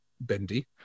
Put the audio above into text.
Bendy